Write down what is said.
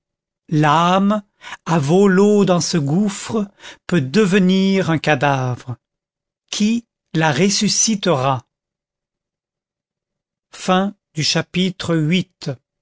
l'âme à vau leau dans ce gouffre peut devenir un cadavre qui la ressuscitera chapitre ix